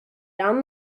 down